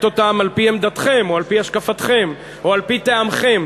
אתכם על-פי עמדתכם או על-פי השקפתכם או על-פי טעמכם,